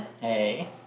Hey